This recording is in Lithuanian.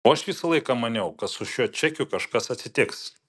o aš visą laiką maniau kad su šiuo čekiu kažkas atsitiks